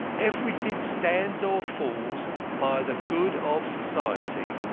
everything stands or falls by the good of society.